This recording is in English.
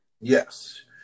Yes